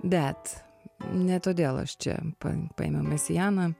bet ne todėl aš čia pa paėmiau mesianą